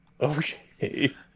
Okay